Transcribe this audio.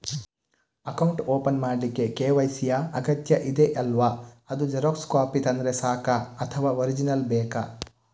Account open ಮಾಡ್ಲಿಕ್ಕೆ KYC ಯಾ ಅಗತ್ಯ ಇದೆ ಅಲ್ವ ಅದು ಜೆರಾಕ್ಸ್ ಕಾಪಿ ತಂದ್ರೆ ಸಾಕ ಅಥವಾ ಒರಿಜಿನಲ್ ಬೇಕಾ?